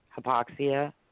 hypoxia